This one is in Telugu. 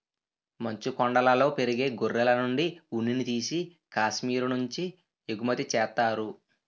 మంచుకొండలలో పెరిగే గొర్రెలనుండి ఉన్నిని తీసి కాశ్మీరు నుంచి ఎగుమతి చేత్తారు